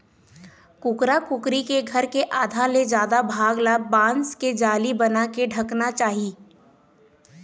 कुकरा कुकरी के घर के आधा ले जादा भाग ल बांस के जाली बनाके ढंकना चाही